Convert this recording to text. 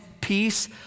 peace